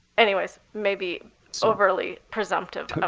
anyways, maybe so overly presumptive of